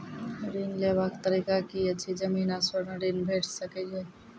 ऋण लेवाक तरीका की ऐछि? जमीन आ स्वर्ण ऋण भेट सकै ये?